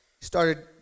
started